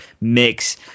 mix